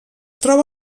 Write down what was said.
troba